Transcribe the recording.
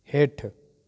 हेठि